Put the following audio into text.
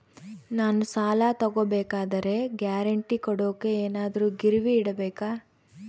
ನಾನು ಸಾಲ ತಗೋಬೇಕಾದರೆ ಗ್ಯಾರಂಟಿ ಕೊಡೋಕೆ ಏನಾದ್ರೂ ಗಿರಿವಿ ಇಡಬೇಕಾ?